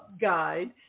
guide